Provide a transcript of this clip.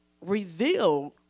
revealed